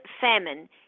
famine